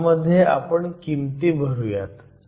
आता ह्यामध्ये आपण किमती भरूयात